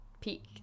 peak